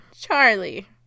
Charlie